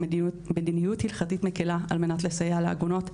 מדיניות הלכתית מקלה על מנת לסייע לעגונות,